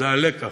זה הלקח.